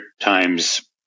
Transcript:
times